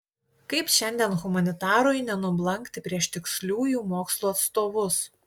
kaip šiandien humanitarui nenublankti prieš tiksliųjų mokslų atstovus